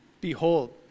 Behold